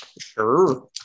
Sure